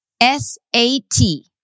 S-A-T